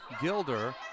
Gilder